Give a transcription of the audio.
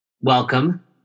welcome